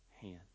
hand